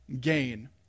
gain